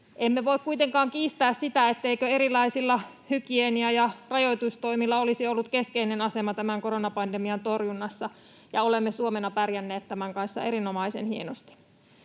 Emme voi kuitenkaan kiistää sitä, etteikö erilaisilla hygienia- ja rajoitustoimilla olisi ollut keskeinen asema koronapandemian torjunnassa, ja olemme Suomena pärjänneet tämän kanssa erinomaisen hienosti.